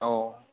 औ